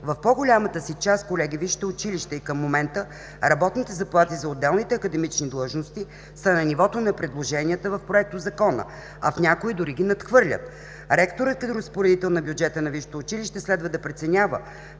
В по-голямата си част, колеги, във висшите училища и към момента работните заплати за отделните академични длъжности са на нивото на предложенията в Проектозакона, а в някои дори ги надхвърлят. Ректорът е разпоредител на бюджета на висшето училище и следва да преценява